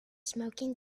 smoking